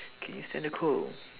K withstand the cold